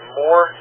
more